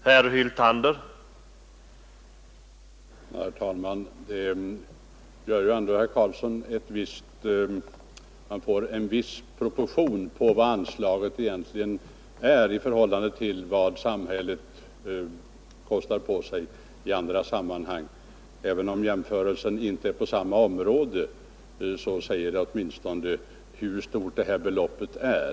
Herr talman! Herr Karlsson i Huskvarna har väl ändå en viss uppfattning om proportionen på detta anslag i förhållande till vad samhället kostar på sig i andra sammanhang. Även om man jämför med belopp som inte ligger exakt inom samma område så märker man hur litet det aktuella beloppet är.